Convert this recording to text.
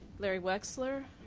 larry wexler.